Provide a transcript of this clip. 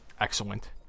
Excellent